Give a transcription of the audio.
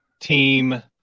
team